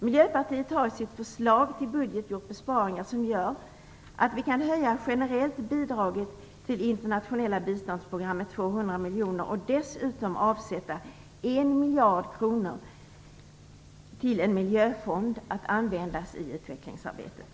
Miljöpartiet har i sitt förslag till budget gjort besparingar som gör att vi generellt kan höja bidraget till det internationella biståndsprogrammet med 200 miljoner och dessutom avsätta 1 miljard kronor till en miljöfond att användas i utvecklingsarbetet.